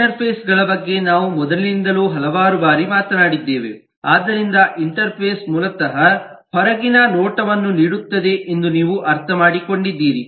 interface ಗಳ ಬಗ್ಗೆ ನಾವು ಮೊದಲಿನಿಂದಲೂ ಹಲವಾರು ಬಾರಿ ಮಾತನಾಡಿದ್ದೇವೆ ಆದ್ದರಿಂದ ಇಂಟರ್ಫೇಸ್ ಮೂಲತಃ ಹೊರಗಿನ ನೋಟವನ್ನು ನೀಡುತ್ತದೆ ಎಂದು ನೀವು ಅರ್ಥಮಾಡಿಕೊಂಡಿದ್ದೀರಿ